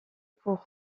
pour